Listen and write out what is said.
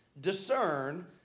discern